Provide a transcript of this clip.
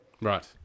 Right